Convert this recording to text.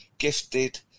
Gifted